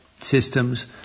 systems